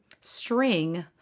string